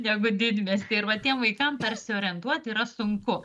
negu didmiesty ir va tiem vaikam persiorientuoti yra sunku